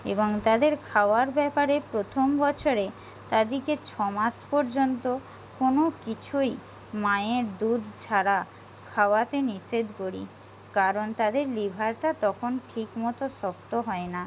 এবং তাদের খাওয়ার ব্যাপারে প্রথম বছরে তাদিকে ছমাস পর্যন্ত কোনো কিছুই মায়ের দুধ ছাড়া খাওয়াতে নিষেধ করি কারণ তাদের লিভারটা তখন ঠিক মতো শক্ত হয় না